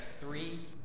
three